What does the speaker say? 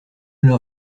leur